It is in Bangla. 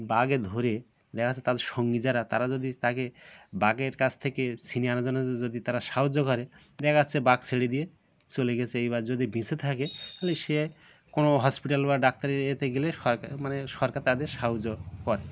বাঘে ধরে দেখা যাচ্ছে তাদের সঙ্গী যারা তারা যদি তাকে বাঘের কাছ থেকে ছিনিয়ে আনার জন্য যদি তারা সাহায্য করে দেখা যাচ্ছে বাঘ ছেড়ে দিয়ে চলে গেছে এইবার যদি বেঁচে থাকে তাহলে সে কোনও হসপিটাল বা ডাক্তার এতে গেলে সরকার মানে সরকার তাদের সাহায্য করে